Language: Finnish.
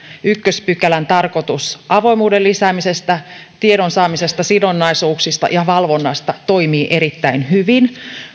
ensimmäisen pykälän tarkoitus avoimuuden lisäämisestä tiedonsaamisesta sidonnaisuuksista ja valvonnasta toimii erittäin hyvin